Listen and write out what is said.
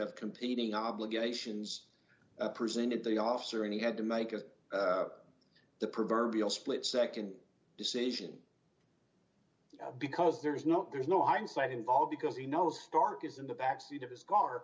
of competing obligations presented to the officer and he had to make as the proverbial split nd decision because there's not there's no hindsight involved because he knows stark is in the backseat of his car